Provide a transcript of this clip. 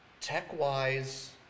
Tech-wise